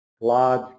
large